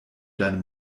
deine